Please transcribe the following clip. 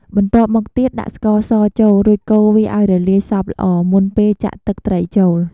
បន្ទាប់មកទៀត ដាក់ស្ករសចូល រួចកូរវាឱ្យរលាយសព្វល្អ មុនពេលចាក់ទឹកត្រីចូល។